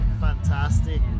Fantastic